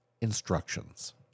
instructions